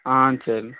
ஆ சரி